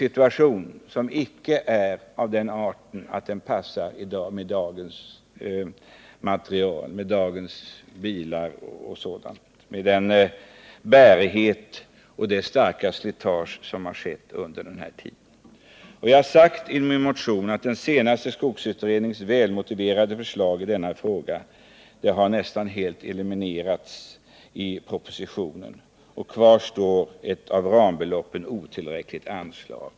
Det befinner sig i ett sådant skick att det inte passar för dagens materiel, för dagens bilar o. d., med tanke på bärigheten och med hänsyn till det starka slitage som skett sedan vägarna anlades. Jag har i min motion sagt att den senaste skogsutredningens välmotiverade förslag i denna fråga är nästan helt eliminerade i propositionen, och kvar står ett av rambeloppens otillräckliga anslag.